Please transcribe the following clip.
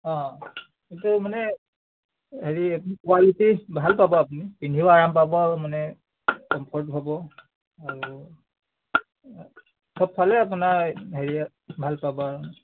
অঁ এইটো মানে হেৰি এইটো কুৱালিটি ভাল পাব আপুনি পিন্ধিও আৰাম পাব আৰু মানে কমফ'ৰ্ট হ'ব আৰু সবফালে আপোনাৰ হেৰিয়াত ভাল পাব আৰু